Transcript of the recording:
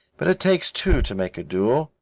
but it takes two to make a duel,